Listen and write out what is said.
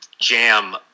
jam